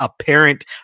apparent